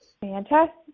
Fantastic